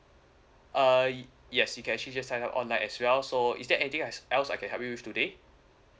uh yes you can actually just sign up online as well so is there anything else else I can help you with today